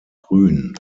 grün